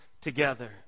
together